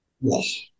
Yes